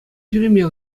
ҫӳреме